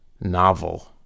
novel